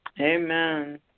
Amen